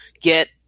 get